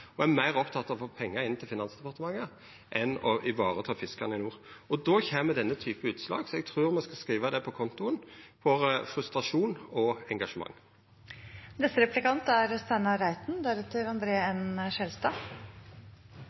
og er meir oppteken av å få pengar inn til Finansdepartementet enn å vareta fiskarane i nord. Då kjem denne typen utslag. Eg trur me skal skriva det på kontoen for frustrasjon og